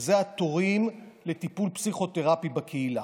זה התורים לטיפול פסיכותרפי בקהילה.